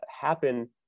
happen